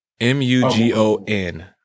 M-U-G-O-N